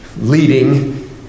leading